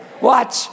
Watch